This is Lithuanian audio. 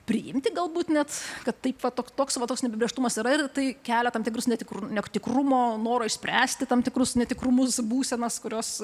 priimti galbūt net kad taip va toks toks va toks neapibrėžtumas yra ir tai kelia tam tikrus netikru netikrumo noro išspręsti tam tikrus netikrumus būsenas kurios